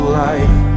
life